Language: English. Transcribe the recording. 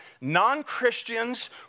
non-Christians